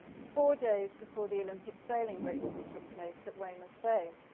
four days before the olympic sailing races took place at weymouth bay.